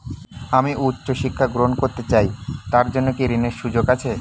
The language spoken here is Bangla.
আমি উচ্চ শিক্ষা গ্রহণ করতে চাই তার জন্য কি ঋনের সুযোগ আছে?